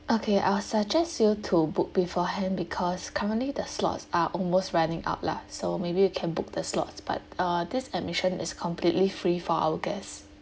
okay I will suggest you to book beforehand because currently the slots are almost running out lah so maybe you can book the slots but uh this admission is completely free for our guests